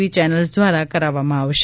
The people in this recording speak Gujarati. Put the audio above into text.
વી ચેનલ્સ દ્વારા કરાવવામાં આવશે